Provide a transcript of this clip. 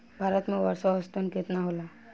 भारत में वर्षा औसतन केतना होला?